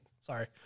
Sorry